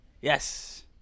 Yes